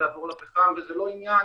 וזה לא עניין